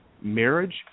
marriage